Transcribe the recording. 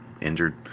injured